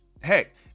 Heck